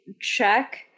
check